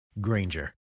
Granger